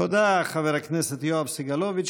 תודה, חבר הכנסת יואב סגלוביץ'.